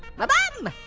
my bum!